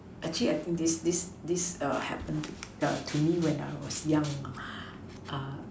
actually I think this this this err happen to the to me when I was young ah err